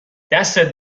دستت